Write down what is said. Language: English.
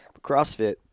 CrossFit